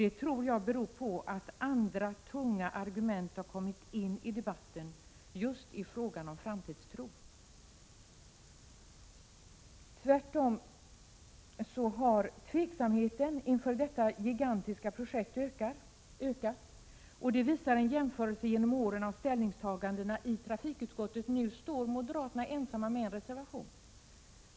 Det tror jag beror på att andra tunga argument har kommit in i debatten just i fråga om framtidstron. Tveksamheten inför detta gigantiska projekt har ökat; det visar en jämförelse genom åren av ställningstagandena i trafikutskottet. Nu står moderaterna ensamma om en reservation.